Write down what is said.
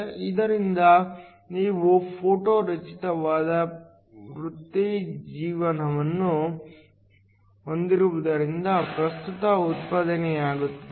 ಆದ್ದರಿಂದ ನೀವು ಫೋಟೋ ರಚಿತವಾದ ವೃತ್ತಿಜೀವನವನ್ನು ಹೊಂದಿರುವುದರಿಂದ ಪ್ರಸ್ತುತ ಉತ್ಪಾದನೆಯಾಗುತ್ತದೆ